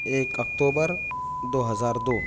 ایک اکتوبر دو ہزار دو